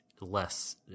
less